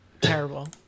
terrible